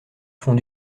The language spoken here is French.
fond